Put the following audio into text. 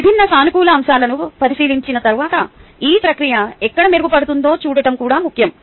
విభిన్న సానుకూల అంశాలను పరిశీలించిన తరువాత ఈ ప్రక్రియ ఎక్కడ మెరుగుపడుతుందో చూడటం కూడా ముఖ్యం